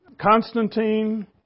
Constantine